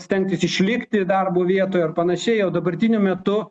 stengtis išlikti darbo vietoj ir panašiai o dabartiniu metu